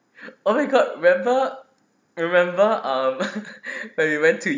oh my god remember remember um when we went to